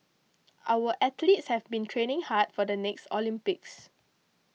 our athletes have been training hard for the next Olympics